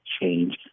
change